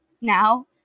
now